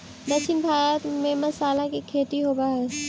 दक्षिण भारत में मसाला के खेती होवऽ हइ